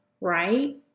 right